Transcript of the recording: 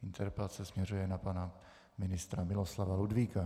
Interpelace směřuje na pana ministra Miloslava Ludvíka.